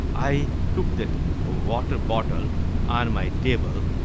i took that water bottle on my table,